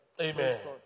Amen